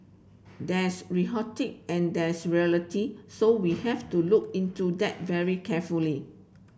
there's rhetoric and there's reality so we have to look into that very carefully